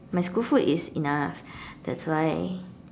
my school food is in a that's why